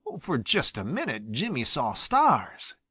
for just a minute jimmy saw stars.